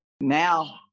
Now